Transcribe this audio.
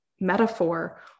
metaphor